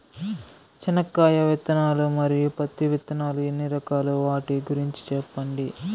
చెనక్కాయ విత్తనాలు, మరియు పత్తి విత్తనాలు ఎన్ని రకాలు వాటి గురించి సెప్పండి?